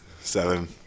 Seven